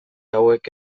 hauek